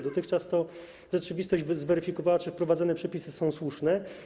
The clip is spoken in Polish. Dotychczas to rzeczywistość weryfikowała, czy wprowadzone przepisy są słuszne.